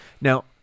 now